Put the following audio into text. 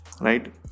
right